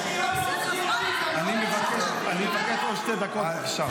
אני מבקש עוד שתי דקות עכשיו.